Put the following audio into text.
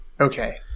Okay